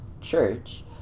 church